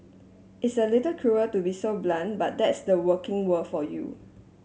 it's a little cruel to be so blunt but that's the working world for you